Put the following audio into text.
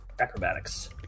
acrobatics